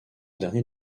dernier